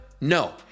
No